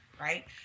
Right